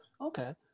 Okay